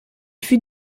fut